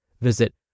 Visit